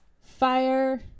fire